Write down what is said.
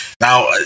Now